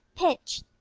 pitch!